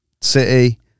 City